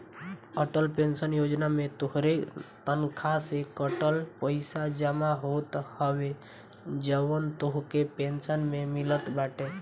Atal pension योजना में तोहरे तनखा से कटल पईसा जमा होत हवे जवन तोहके पेंशन में मिलत बाटे